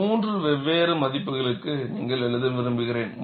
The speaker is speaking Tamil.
3 வெவ்வேறு மதிப்புகளுக்கு நீங்கள் எழுத விரும்புகிறேன்